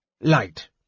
Light